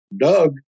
Doug